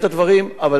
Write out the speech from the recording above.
אבל אני אומר לכם: